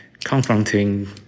confronting